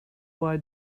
why